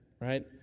right